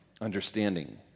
understanding